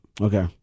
Okay